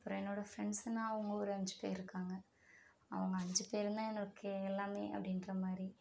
அப்புறம் என்னோட ஃப்ரெண்ட்ஸ்னா அவங்கள் ஒரு அஞ்சு பேர் இருக்காங்க அவங்கள் அஞ்சு பேரும்தான் எனக்கு எல்லாம் அப்படின்ற மாதிரி